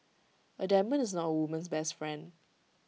A diamond is not A woman's best friend